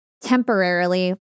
temporarily